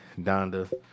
Donda